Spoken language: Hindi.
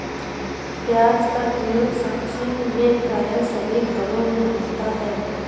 प्याज का प्रयोग सब्जी में प्राय सभी घरों में होता है